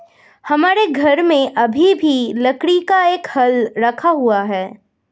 हमारे घर में अभी भी लकड़ी का एक हल रखा हुआ है